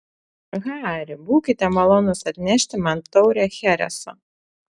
hari būkite malonus atnešti man taurę chereso